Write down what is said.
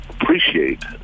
appreciate